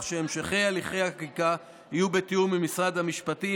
שבהמשך הליכי החקיקה יהיו בתיאום עם משרד המשפטים,